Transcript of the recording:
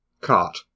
Cart